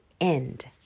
end